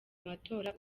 matora